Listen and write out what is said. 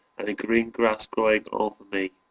and the green grass growing over me.